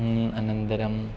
अनन्तरम्